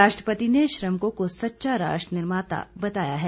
राष्ट्रपति ने श्रमिकों को सच्चा राष्ट्र निर्माता बताया है